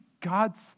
God's